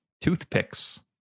Toothpicks